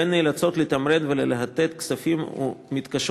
והן נאלצות לתמרן וללהטט כספית ומתקשות